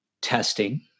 testing